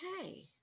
okay